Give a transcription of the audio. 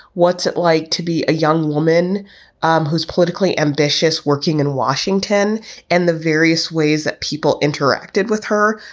what's it like to be a young woman um who's politically ambitious working in washington and the various ways that people interacted with her?